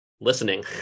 listening